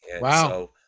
Wow